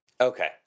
Okay